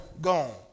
gone